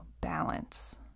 balance